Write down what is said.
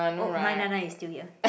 oh nine nine nine is still here